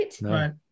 right